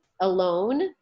alone